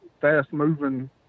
fast-moving